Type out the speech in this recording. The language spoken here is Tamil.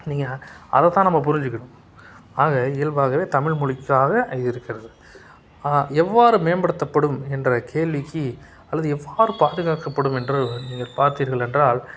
நீங்கள் அதைத்தான் நம்ம புரிஞ்சுக்கணும் ஆக இயல்பாகவே தமிழ் மொழிக்காக இருக்கிறது எவ்வாறு மேம்படுத்தப்படும் என்ற கேள்விக்கு அல்லது எவ்வாறு பாதுகாக்கப்படும் என்று நீங்கள் பார்த்தீர்கள் என்றால்